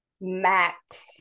Max